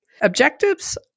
Objectives